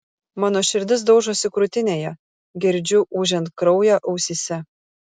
mano širdis daužosi krūtinėje girdžiu ūžiant kraują ausyse